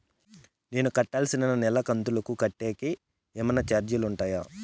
నేను కట్టాల్సిన నెల కంతులు కట్టేకి ఏమన్నా చార్జీలు ఉంటాయా?